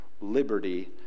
liberty